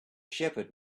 shepherd